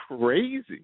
crazy